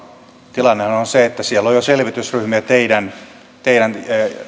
tilannehan on on se että siellä on jo selvitysryhmiä teidän teidän